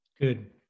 good